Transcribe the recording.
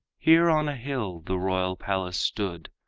here on a hill the royal palace stood,